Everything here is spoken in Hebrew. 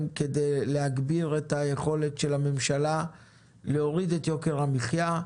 כדי להגביר את היכולת של הממשלה להוריד את יוקר המחייה.